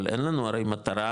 אבל אין לנו הרי מטרה,